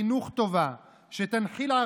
וזה היה בעקבות כך שמתחילת